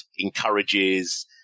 encourages